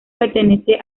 pertenece